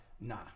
nah